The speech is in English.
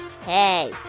hey